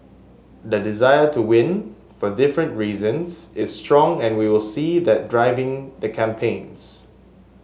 the desire to win for different reasons is strong and we will see that driving the campaigns